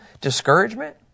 discouragement